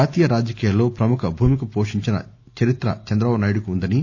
జాతీయ రాజకీయాల్లో ప్రముఖ భూమిక పోషించిన చరిత్ర చంద్రబాబుకు ఉందని